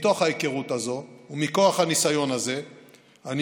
ומתוך ההיכרות הזו ומכוח הניסיון הזה אני